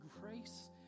grace